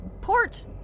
port